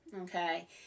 Okay